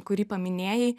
kurį paminėjai